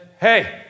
hey